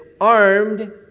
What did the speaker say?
armed